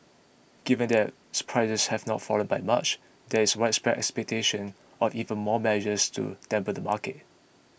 given that prices have not fallen by much there is widespread expectation of even more measures to dampen the market